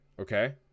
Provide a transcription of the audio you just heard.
okay